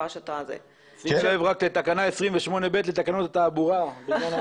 שים לב לתקנה 28(ב) לתקנות התעבורה.